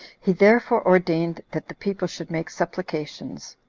he therefore ordained that the people should make supplications,